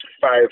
five